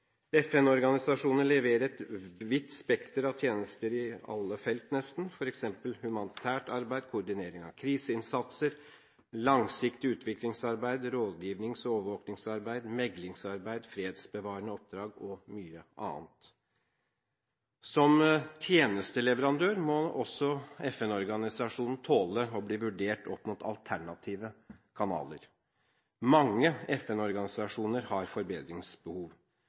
leverer et vidt spekter av tjenester i nesten alle felt, f.eks. humanitært arbeid, koordinering av kriseinnsatser, langsiktig utviklingsarbeid, rådgivings- og overvåkingsarbeid, meklingsarbeid, fredsbevarende oppdrag og mye annet. Som tjenesteleverandør må også FN-organisasjonene tåle å bli vurdert opp mot alternative kanaler. Mange FN-organisasjoner har forbedringsbehov.